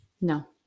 No